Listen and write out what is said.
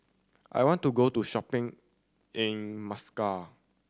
I want to go to shopping in Muscat